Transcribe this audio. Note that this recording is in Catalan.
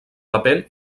depén